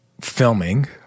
filming